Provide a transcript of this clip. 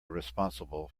responsible